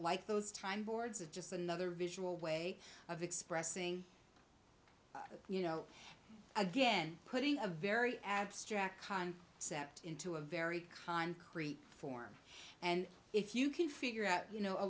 like those time boards is just another visual way of expressing you know again putting a very abstract con cept into a very concrete form and if you can figure out you know a